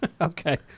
Okay